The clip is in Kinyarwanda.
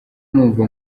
numva